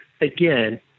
again